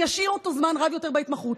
אני אשאיר אותו זמן רב יותר בהתמחות.